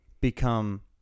become